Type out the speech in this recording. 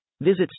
Visit